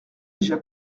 déjà